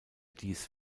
dies